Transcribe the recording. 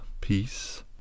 peace